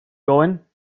going